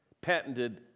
patented